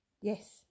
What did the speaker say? Yes